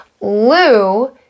Lou